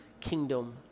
kingdom